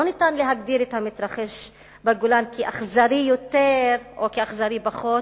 לא ניתן להגדיר את המתרחש בגולן כאכזרי יותר או אכזרי פחות,